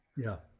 yeah.